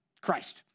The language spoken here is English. Christ